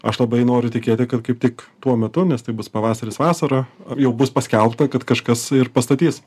aš labai noriu tikėti kad kaip tik tuo metu nes tai bus pavasaris vasara jau bus paskelbta kad kažkas ir pastatys